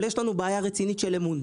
אבל יש לנו בעיה רצינית של אמון.